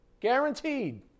Guaranteed